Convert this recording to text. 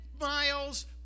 miles